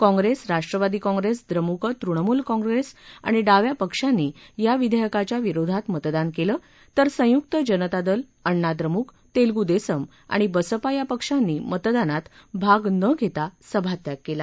Congress Rashtravadi Congress Dramuk Trinamool Congress आणि डाव्या पक्षांनी या विधेयकाच्या विरोधात मतदान केलं तर संयुक्त जनता दल अण्णा द्रमुक तेलगू देसम आणि बसपा या पक्षांनी मतदानात भाग न घेता सभात्याग केला